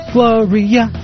Gloria